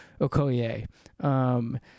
Okoye